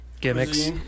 gimmicks